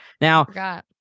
now